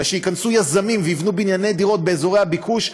אלא שייכנסו יזמים ויבנו בנייני דירות באזורי הביקוש,